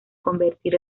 convertir